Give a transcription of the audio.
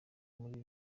muri